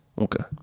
Okay